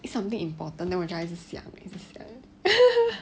it's something important then 我就要一直想